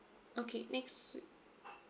okay next week